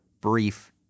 brief